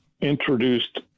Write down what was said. introduced